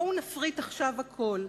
בואו ונפריט עכשיו הכול.